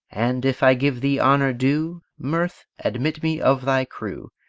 and, if i give thee honor due, mirth, admit me of thy crew,